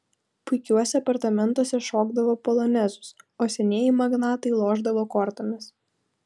puikiuose apartamentuose šokdavo polonezus o senieji magnatai lošdavo kortomis